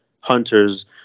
hunters